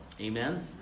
Amen